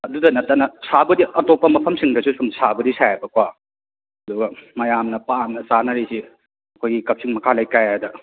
ꯑꯗꯨꯗ ꯅꯠꯇꯅ ꯁꯥꯕꯗꯤ ꯑꯇꯣꯞꯄ ꯃꯐꯝꯁꯤꯡꯗꯁꯨ ꯁꯨꯝ ꯁꯥꯕꯨꯗꯤ ꯁꯥꯏꯌꯦꯕꯀꯣ ꯑꯗꯨꯒ ꯃꯌꯥꯝꯅ ꯄꯥꯝꯅ ꯆꯥꯅꯔꯤꯁꯤ ꯑꯩꯈꯣꯏꯒꯤ ꯀꯛꯆꯤꯡ ꯃꯈꯥ ꯂꯩꯀꯥꯏꯗ